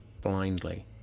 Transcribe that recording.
blindly